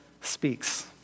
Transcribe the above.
Speaks